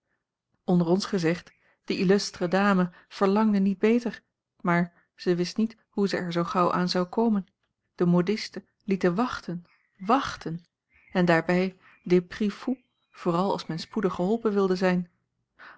onder ons gezegd de illustre dame verlangde niet beter maar zij wist niet hoe zij er zoo gauw aan zou komen de modistes lieten wachten wachten en daarbij a l g bosboom-toussaint langs een omweg des prix fous vooral als men spoedig geholpen wilde zijn